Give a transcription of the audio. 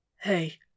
Hey